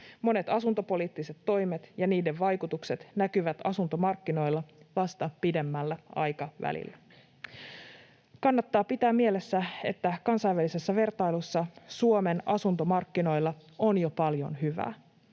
Monet asuntopoliittiset toimet ja niiden vaikutukset näkyvät asuntomarkkinoilla vasta pidemmällä aikavälillä. Kannattaa pitää mielessä, että kansainvälisessä vertailussa Suomen asuntomarkkinoilla on jo paljon hyvää: